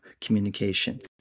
communication